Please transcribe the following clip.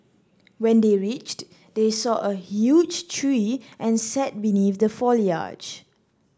when they reached they saw a huge tree and sat beneath the foliage